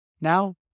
Now